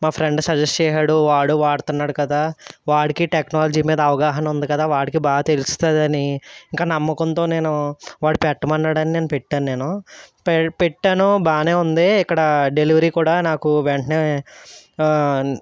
మా ఫ్రెండ్ సజెష్ చేసాడు వాడు వాడుతున్నాడు కదా వాడికి టెక్నాలజీ మీద అవగాహన ఉంది కదా వాడికి బాగా తెలుస్తుందని ఇంకా నమ్మకంతో నేను వాడు పెట్టమన్నాడని నేను పెట్టాను నేను పెట్టాను బాగానే ఉంది ఇక్కడ డెలివరీ కూడా నాకు వెంటనే